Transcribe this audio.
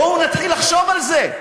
בואו נתחיל לחשוב על זה.